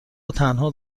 وتنها